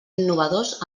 innovadors